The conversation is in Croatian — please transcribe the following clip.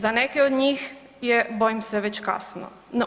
Za neke od njih je bojim se već kasno.